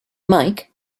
mike